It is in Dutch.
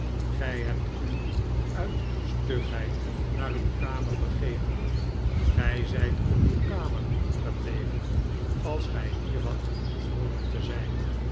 gij hebt u uit stugheid naar uw kamer begeven gij zijt op uw kamer gebleven als gij hier hadt behooren te zijn